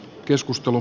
keskustelu